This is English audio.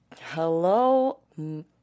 Hello